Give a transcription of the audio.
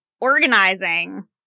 organizing